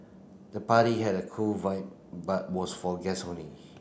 the party had a cool vibe but was for guests only